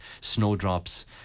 snowdrops